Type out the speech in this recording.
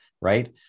right